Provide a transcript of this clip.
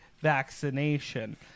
vaccination